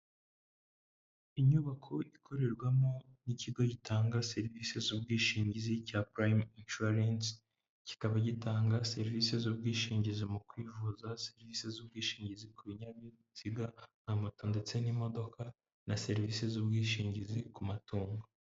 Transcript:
Inyubako ikorerwamo n'ikigo gitanga serivisi z'ubwishingizi cya purayimeme inshuwarense, kikaba gitanga serivisi z'ubwishingizi mu kwivuza, serivisi z'ubwishingizi ku binyabiziga, na moto ndetse n'imodoka na serivisi z'ubwishingizi ku matungo.